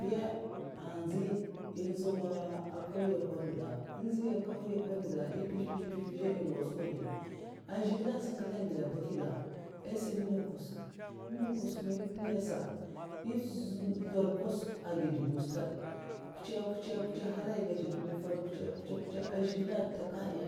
Nyè an ntsi èh nzau a kauyè konduga èh nziga a kauyè konduga èh mpèzh mpèzh èh ngwots'skwa bi a zhigilè sa ngèzlan gèd a baki ga ai sa muna kwasuk' ehn mwun kwasuk man ehn mwuna sa aged dubu stad kwucha kwucha'harè an ngece dubu fad'kwucha kwucha'a zhigilè an ntaka nhayè